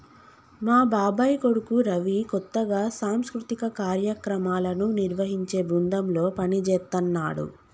మా బాబాయ్ కొడుకు రవి కొత్తగా సాంస్కృతిక కార్యక్రమాలను నిర్వహించే బృందంలో పనిజేత్తన్నాడు